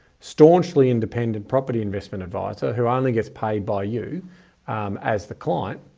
staunchly independent property investment advisor who only gets paid by you as the client,